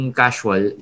casual